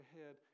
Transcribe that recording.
ahead